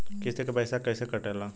किस्त के पैसा कैसे कटेला?